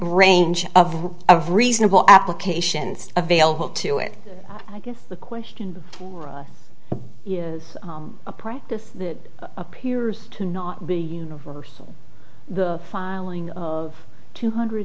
range of reasonable applications available to it and i guess the question before us is a practice that appears to not be universal the filing of two hundred